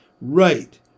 Right